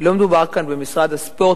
לא מדובר כאן במשרד הספורט.